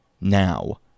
Now